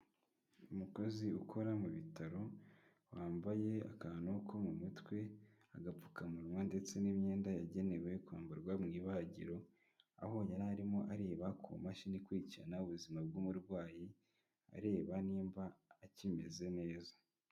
Umukozi ukora mu bitaro, wambaye akantu ko mu mutwe, agapfukamunwa ndetse n'imyenda yagenewe kwambarwa mu ibagiro, aho yari arimo areba ku mashini ikurikirana ubuzima bw'umurwayi, areba nimba akimeze neza.